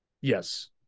Yes